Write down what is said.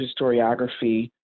historiography